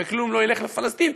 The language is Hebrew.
וכלום לא ילך לפלסטין,